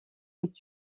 est